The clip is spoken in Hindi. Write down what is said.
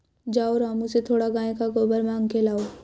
जाओ रामू से थोड़ा गाय का गोबर मांग के लाओ